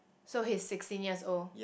so he's sixteen years old